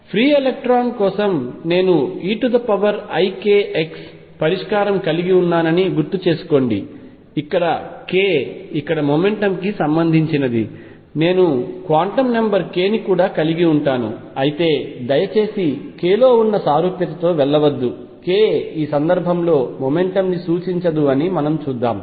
free electron ల కోసం నేను eikx పరిష్కారం కలిగి ఉన్నానని గుర్తు చేసుకోండి ఇక్కడ k ఇక్కడ మొమెంటమ్కి సంబంధించినది నేను క్వాంటం నంబర్ k ని కూడా కలిగి ఉంటాను అయితే దయచేసి k లో ఉన్న సారూప్యతతో వెళ్లవద్దు k ఈ సందర్భంలో మొమెంటమ్ ను సూచించదు అని మనం చూద్దాం